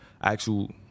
actual